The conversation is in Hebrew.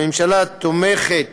הממשלה תומכת